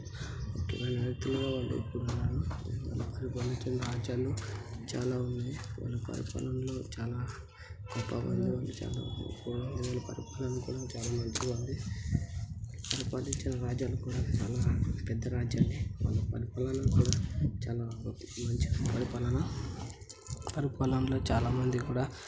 వాళ్ళు నాయకులుగా వాళ్ళిప్పుడు రారు వాళ్ళు పరిపాలించిన రాజ్యాలు చాలా ఉన్నాయి వాళ్ళు పరిపాలనలో చాలా చాలా పరిపాలన కూడా చాలా మంచిగా ఉంది వాళ్ళు పరిపాలించిన రాజ్యాలు కూడా చాలా పెద్ద రాజ్యాలే వాళ్ళ పరిపాలన కూడా చాలా మంచిగా పరిపాలన పరిపాలనలో చాలా మంది కూడా